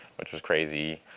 which was crazy